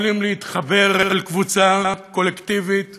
יכולים להתחבר אל קבוצה קולקטיבית